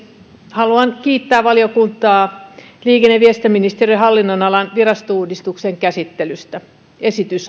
haluan kiittää valiokuntaa liikenne ja viestintäministeriön hallinnonalan virastouudistuksen käsittelystä esitys